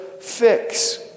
fix